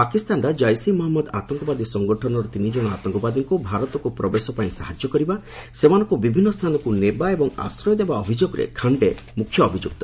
ପାକିସ୍ତାନର ଜୈସ୍ ଇ ମହମ୍ମଦ ଆତଙ୍କବାଦୀ ସଂଗଠନର ତିନିଜଣ ଆତଙ୍କବାଦୀଙ୍କୁ ଭାରତକୁ ପ୍ରବେଶ ପାଇଁ ସାହାଯ୍ୟ କରିବା ସେମାନଙ୍କୁ ବିଭିନ୍ନ ସ୍ଥାନକୁ ନେବା ଏବଂ ଆଶ୍ରୟ ଦେବା ଅଭିଯୋଗରେ ଖାଣ୍ଡେ ମୁଖ୍ୟ ଅଭିଯୁକ୍ତ